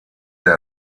der